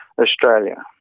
Australia